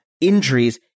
injuries